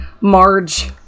Marge